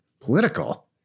Political